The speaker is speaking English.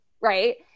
right